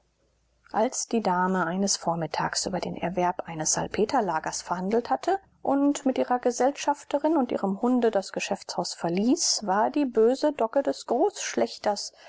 als die dame eines vormittags über den erwerb eines salpeterlagers verhandelt hatte und mit ihrer gesellschafterin und ihrem hunde das geschäftshaus verließ war die böse dogge des